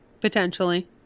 Potentially